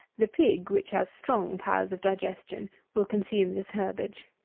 the pig, which has strong powers of digestion, will consume this herbage.